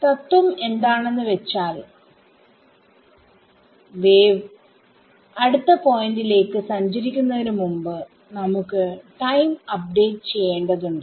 തത്വം എന്താണെന്ന് വെച്ചാൽ വേവ് അടുത്ത പോയിന്റിലേക്ക് സഞ്ചരിക്കുന്നതിന് മുമ്പ് നമുക്ക് ടൈം അപ്ഡേറ്റ് ചെയ്യേണ്ടതുണ്ട്